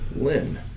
lynn